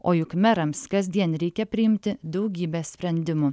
o juk merams kasdien reikia priimti daugybę sprendimų